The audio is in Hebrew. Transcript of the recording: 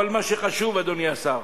אבל מה שחשוב, אדוני השר,